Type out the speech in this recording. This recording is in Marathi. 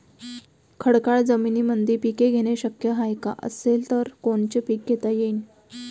खडकाळ जमीनीमंदी पिके घेणे शक्य हाये का? असेल तर कोनचे पीक घेता येईन?